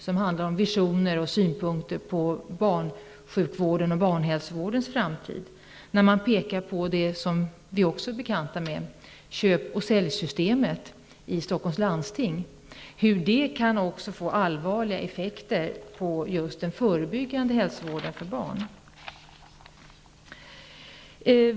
Den handlar om visioner och synpunkter på barnsjukvårdens och barnhälsovårdens framtid. De pekar på det som vi också är bekanta med, dvs. köp och säljsystemet i Stockholms landsting, och hur det kan få allvarliga effekter för just den förebyggande hälsovården för barn.